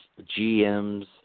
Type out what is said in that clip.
GMs